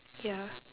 ya